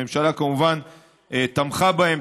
הממשלה כמובן תמכה בהן,